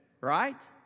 right